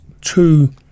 two